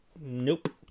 nope